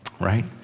right